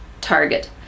target